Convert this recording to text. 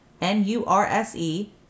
N-U-R-S-E